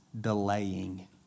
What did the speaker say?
delaying